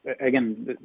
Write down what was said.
again